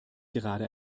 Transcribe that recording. gerade